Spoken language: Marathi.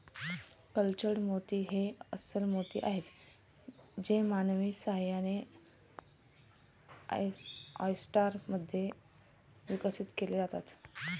कल्चर्ड मोती हे अस्स्ल मोती आहेत जे मानवी सहाय्याने, ऑयस्टर मध्ये विकसित केले जातात